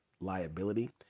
liability